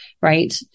right